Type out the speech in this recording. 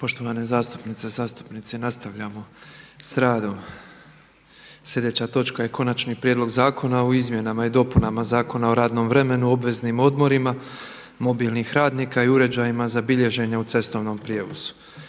Poštovane zastupnice i zastupnici, nastavljamo sa radom. Sljedeća točka je - Konačni prijedlog zakona o izmjenama i dopunama Zakona o radnom vremenu i obveznim odmorima mobilnih radnika i uređajima za bilježenje u cestovnom prijevozu,